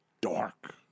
Dark